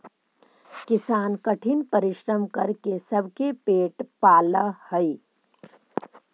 किसान कठिन परिश्रम करके सबके पेट पालऽ हइ